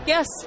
Yes